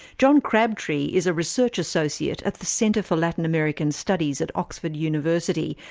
john crabtree is a research associate at the centre for latin american studies at oxford university,